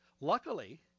Luckily